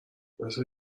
مثل